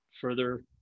further